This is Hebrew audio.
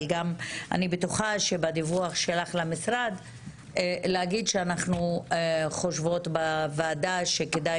אבל בדיווח שלך למשרד צריך להגיד שאנחנו חושבות בוועדה שכדאי